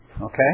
okay